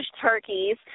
turkeys